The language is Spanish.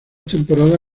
temporadas